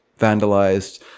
vandalized